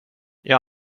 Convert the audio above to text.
jag